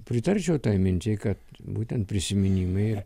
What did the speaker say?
pritarčiau tai minčiai kad būtent prisiminimai ir